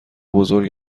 بزرگ